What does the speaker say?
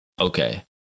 okay